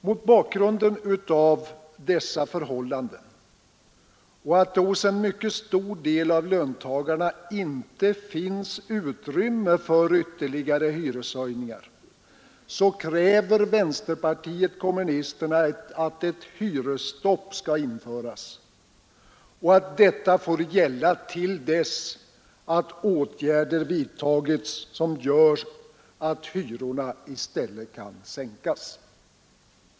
Mot bakgrund av dessa förhållanden och då det hos en mycket stor del av lönearbetarna inte finns utrymme för ytterligare hyreshöjningar kräver vänsterpartiet kommunisterna att ett hyresstopp skall införas och att detta får gälla till dess att åtgärder vidtagits som gör att hyrorna i stället kan sänkas.